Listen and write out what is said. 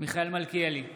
מיכאל מלכיאלי,